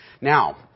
Now